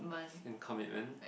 and commitment